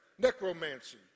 necromancy